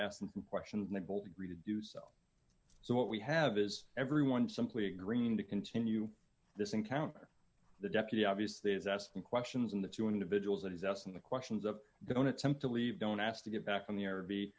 ask questions and they both agree to do so so what we have is everyone simply agreeing to continue this encounter the deputy obviously is asking questions and the two individuals that he's asking the questions of don't attempt to leave don't ask to get back on the air or be